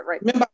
right